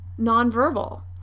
nonverbal